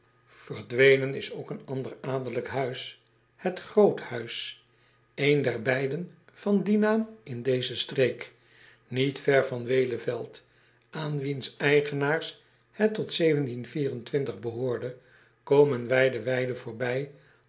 erdwenen is ook een ander adellijk huis het r o o t h u i s een der beiden van dien naam in deze streek iet ver van eleveld aan wiens eigenaars het tot behoorde komen wij de weide voorbij